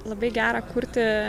labai gera kurti